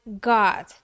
God